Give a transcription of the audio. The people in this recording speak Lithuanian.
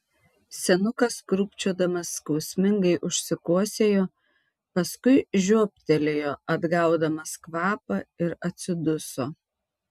senukas krūpčiodamas skausmingai užsikosėjo paskui žioptelėjo atgaudamas kvapą ir atsiduso